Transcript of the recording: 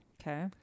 Okay